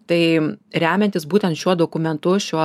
tai remiantis būtent šiuo dokumentu šiuo